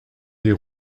des